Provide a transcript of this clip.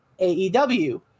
AEW